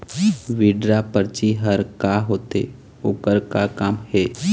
Withdraw परची हर का होते, ओकर का काम हे?